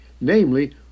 namely